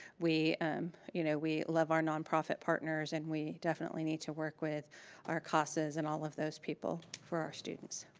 we you know we love our nonprofit partners and we definitely need to work with our casas and all of those people for our students.